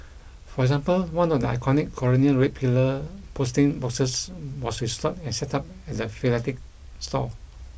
for example one of the iconic colonial red pillar posting boxes was restored and set up at the philatelic store